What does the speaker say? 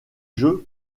jeu